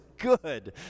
good